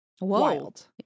Wild